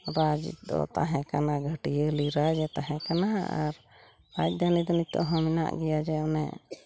ᱨᱟᱡᱽ ᱫᱚ ᱛᱟᱦᱮᱸ ᱠᱟᱱᱟ ᱜᱷᱟᱹᱴᱭᱟᱹᱞᱤ ᱨᱟᱡᱽ ᱮ ᱛᱟᱦᱮᱸ ᱠᱟᱱᱟ ᱟᱨ ᱨᱟᱡᱽ ᱫᱷᱟᱹᱱᱤ ᱫᱚ ᱱᱤᱛᱚᱜ ᱦᱚᱸ ᱢᱮᱱᱟᱜ ᱜᱮᱭᱟ ᱡᱮ ᱚᱱᱮ